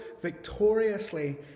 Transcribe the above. victoriously